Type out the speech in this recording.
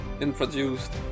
introduced